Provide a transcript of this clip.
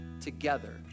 Together